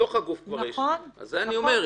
בתוך הגוף כבר יש --- נכון.